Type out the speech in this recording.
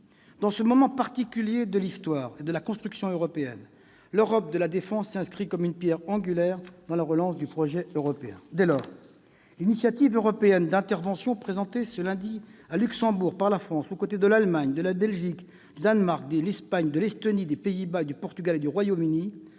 Dans ce moment particulier de l'histoire de la construction européenne, l'Europe de la défense s'inscrit comme une pierre angulaire de la relance du projet européen. Dès lors, l'initiative européenne d'intervention présentée ce lundi à Luxembourg par la France, aux côtés de l'Allemagne, de la Belgique, du Danemark, de l'Espagne, de l'Estonie, des Pays-Bas, du Portugal et du Royaume-Uni,